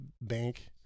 bank